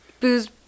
Booze